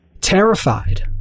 Terrified